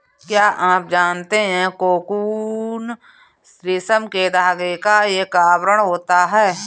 क्या आप जानते है कोकून रेशम के धागे का एक आवरण होता है?